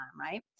Right